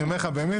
אני אומר לך באמת,